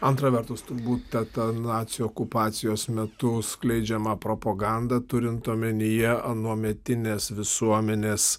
antra vertus turbūt ta ta nacių okupacijos metu skleidžiama propaganda turint omenyje anuometinės visuomenės